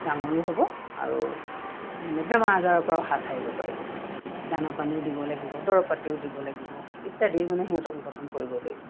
ডাঙৰো হ'ব আৰু মানে বেমাৰ আজাৰৰ পৰাও হাত সাৰিব পাৰিব দানা পানীও দিব লাগিব দৰৱ পাতিও দিব লাগিব ইত্যাদি মানে সিহঁতক যতন কৰিবই লাগিব